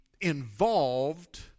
involved